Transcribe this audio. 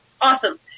Awesome